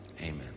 amen